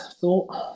thought